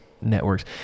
networks